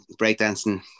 breakdancing